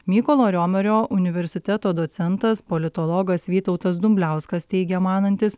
mykolo romerio universiteto docentas politologas vytautas dumbliauskas teigia manantis